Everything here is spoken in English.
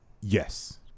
Yes